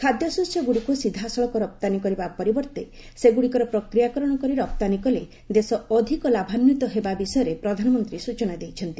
ଖାଦ୍ୟଶସ୍ୟ ଗୁଡ଼ିକୁ ସିଧାସଳଖ ରପ୍ତାନୀ କରିବା ପରିବର୍ତ୍ତେ ସେଗୁଡ଼ିକର ପ୍ରକ୍ରିୟାକରଣ କରି ରପ୍ତାନୀ କଲେ ଦେଶ ଅଧିକ ଲାଭାନ୍ୱିତ ହେବା ବିଷୟରେ ପ୍ରଧାନମନ୍ତ୍ରୀ ସୂଚନା ଦେଇଛନ୍ତି